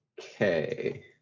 okay